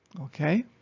Okay